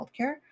healthcare